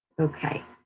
okay,